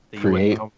create